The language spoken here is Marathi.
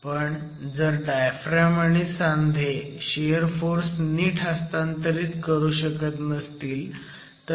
पण जर डायफ्रॅम आणि सांधे शियर फोर्स नीट हस्तांतरित करू शकत नसतील तर मग इथे त्रास होऊ शकतो